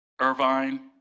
Irvine